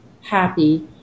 happy